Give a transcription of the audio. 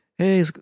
Hey